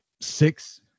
six –